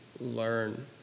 learn